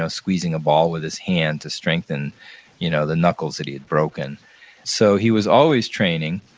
squeezing a ball with his hand to strengthen you know the knuckles that he had broken so, he was always training,